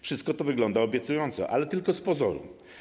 Wszystko to wygląda obiecująco, ale tylko z pozoru.